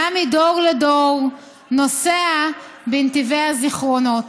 נע מדור לדור, נוסע בנתיבי הזיכרונות.